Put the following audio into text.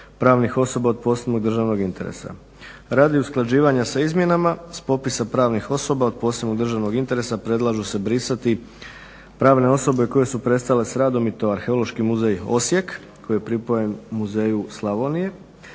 pravnih osoba od posebnog državnog interesa. Radi usklađivanja sa izmjenama s popisa pravnih osoba od posebnog državnog interesa predlažu se brisati pravne osobe koje su prestale s radom i to Arheološki muzej Osijek koji je pripojen Muzeju Slavonije,